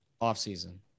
Off-season